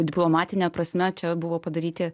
diplomatine prasme čia buvo padaryti